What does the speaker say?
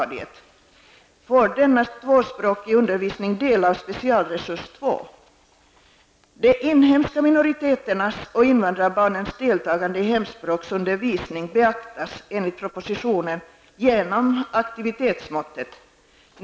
De inhemska minoriteternas och invandrarbarnens deltagande i hemspråksundervisning beaktas, enligt propositionen, genom aktivitetsmåttet.